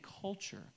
culture